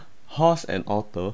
horse and otter